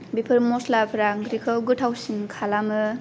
बेफोर मस्लाफोरा ओंख्रिखौ गोथावसिन खालामो